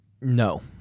No